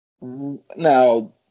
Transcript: Now